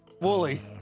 Wooly